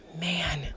man